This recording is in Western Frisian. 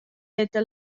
litte